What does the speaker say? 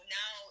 now